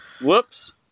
Whoops